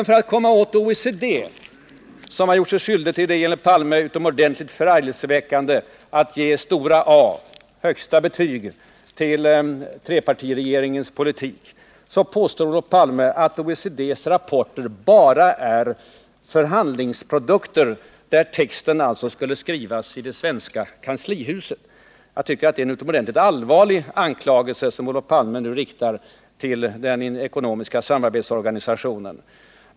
För att komma åt OECD, som gjort sig skyldig till det enligt Olof Palme utomordentligt förargelseväckande att ge stort A, högsta betyg, till trepartiregeringens politik, påstår Olof Palme att OECD:s rapporter bara är förhandlingsprodukter, där texten skulle ha skrivits i det svenska kanslihuset. Jag tycker det är en utomordentligt allvarlig anklagelse som Olof Palme nu riktar mot denna ekonomiska samarbetsorganisation.